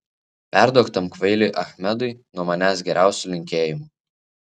perduok tam kvailiui achmedui nuo manęs geriausių linkėjimų